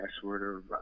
password